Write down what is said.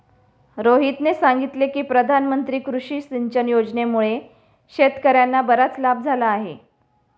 रोहितने सांगितले की प्रधानमंत्री कृषी सिंचन योजनेमुळे शेतकर्यांना बराच लाभ झाला आहे